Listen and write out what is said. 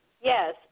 Yes